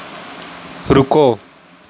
ਰੁਕੋ